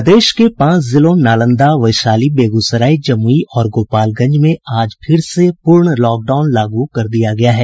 प्रदेश के पांच जिलों नालंदा वैशाली बेगूसराय जमुई और गोपालगंज में आज फिर से पूर्ण लॉकडाउन लागू कर दिया गया है